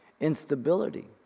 instability